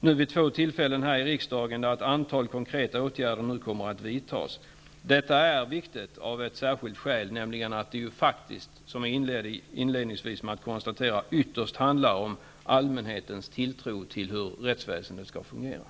Vid två tillfällen har det här i riksdagen visat sig att ett antal konkreta åtgärder nu kommer att vidtas. Detta är viktigt av ett särskilt skäl, nämligen att det faktiskt ytterst -- som jag inledningsvis konstaterade -- handlar om allmänhetens tilltro till rättsväsendet och hur det fungerar.